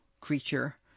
creature